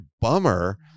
bummer